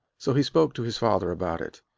so he spoke to his father about it.